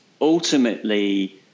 ultimately